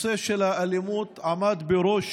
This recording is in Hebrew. הנושא של האלימות עמד בראש